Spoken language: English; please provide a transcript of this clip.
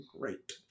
great